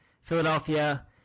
Philadelphia